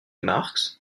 marx